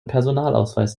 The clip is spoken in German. personalausweis